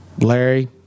Larry